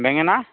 বেঙেনা